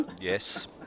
Yes